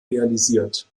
realisiert